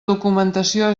documentació